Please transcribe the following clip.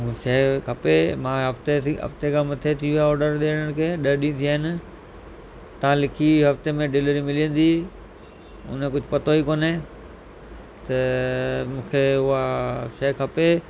शइ खपे मां हफ़्टे थी हफ़्ते खां मथे थी वियो आहे ऑडर ॾिअण खे ॾह ॾीअं थिया आहिनि तव्हां लिखी हफ़्ते में डिलीवरी मिली वेंदी उन जो कुझु पतो ई कोन्हे त मूंखे उहा शइ खपे